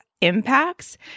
impacts